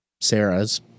Sarah's